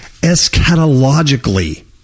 eschatologically